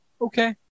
okay